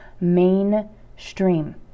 mainstream